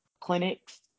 clinics